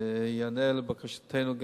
גם ייענה לבקשתנו,